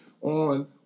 on